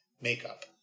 makeup